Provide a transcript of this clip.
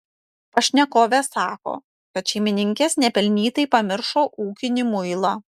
pašnekovė sako kad šeimininkės nepelnytai pamiršo ūkinį muilą